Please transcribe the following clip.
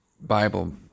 Bible